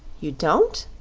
you don't?